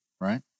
right